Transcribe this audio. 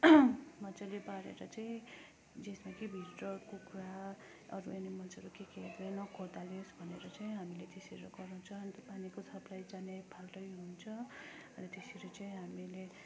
मजाले बारेर चाहिँ जसमा कि भित्र कुखुरा अरू एनिमल्सहरू के केहरूले नखोतलोस् भनेर चाहिँ हामीले त्यसरी गराउँछ अन्त बाँधेको सबलाई जाने फाल्टै हुन्छ अनि त्यसरी चाहिँ हामीले